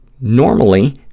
normally